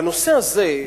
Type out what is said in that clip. בנושא הזה,